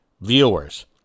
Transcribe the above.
viewers